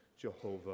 Jehovah